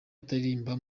ataririmba